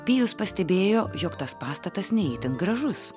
pijus pastebėjo jog tas pastatas ne itin gražus